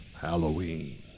Halloween